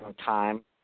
time